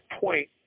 point